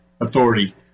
authority